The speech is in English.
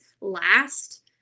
last